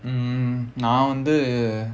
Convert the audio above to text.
mm வெளி நாட்டுக்கு போலாம்:veli naatukku polaam